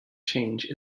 change